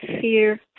fear